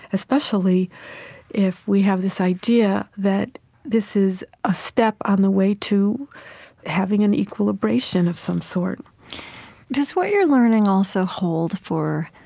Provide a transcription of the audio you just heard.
especially if we have this idea that this is a step on the way to having an equilibration of some sort does what you're learning also hold for